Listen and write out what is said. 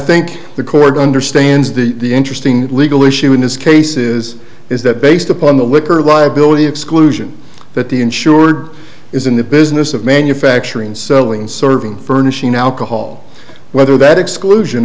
think the court understands the interesting legal issue in this case is is that based upon the liquor liability exclusion that the insured is in the business of manufacturing selling serving furnishing alcohol whether that exclusion